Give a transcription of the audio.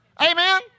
Amen